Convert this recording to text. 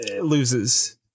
loses